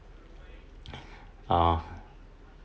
ah